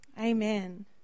Amen